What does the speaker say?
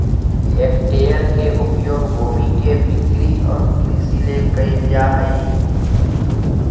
hectare के उपयोग भूमि के बिक्री और कृषि ले कइल जाय हइ